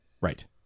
Right